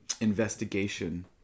investigation